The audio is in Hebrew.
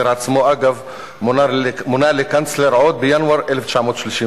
אגב, היטלר עצמו מונה לקנצלר עוד בינואר 1933,